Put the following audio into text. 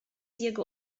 jego